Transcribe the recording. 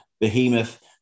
behemoth